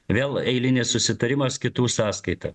vėl eilinis susitarimas kitų sąskaita